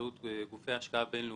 באמצעות גופי השקעה בינלאומיים,